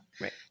right